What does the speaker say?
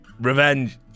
revenge